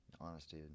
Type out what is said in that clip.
Honesty